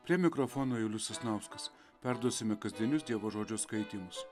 prie mikrofono julius sasnauskas perduosime kasdienius dievo žodžio skaitymus